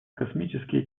космические